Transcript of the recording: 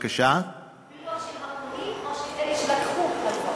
הפילוח של הפונים, או של אלה שלקחו הלוואות?